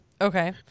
Okay